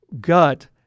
gut